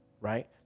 right